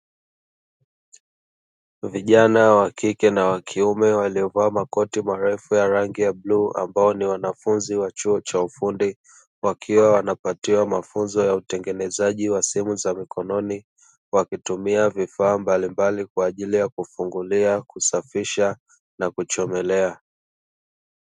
Vijana wa kike na wa kiume waliovaa makoti marefu ya rangi ya bluu; ambao ni wanafunzi wa chuo cha ufundi, wakiwa wanapatiwa mafunzo ya utengenezaji wa simu za mkononi, wakitumia vifaa mbalimbali kwa ajili ya kufungulia, kusafisha na kuchomelea.